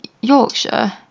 Yorkshire